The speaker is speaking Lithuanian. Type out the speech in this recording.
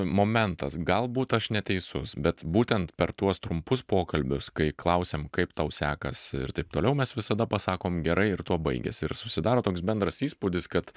momentas galbūt aš neteisus bet būtent per tuos trumpus pokalbius kai klausiam kaip tau sekas ir taip toliau mes visada pasakom gerai ir tuo baigiasi ir susidaro toks bendras įspūdis kad